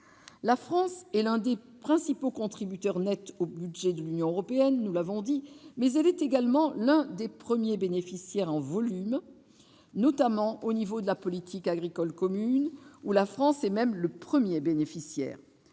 La France est l'un des principaux contributeurs nets au budget de l'Union européenne, nous l'avons dit, mais elle en est également l'un des premiers bénéficiaires en volume, notamment au titre de la politique agricole commune, dont la France est même le premier bénéficiaire.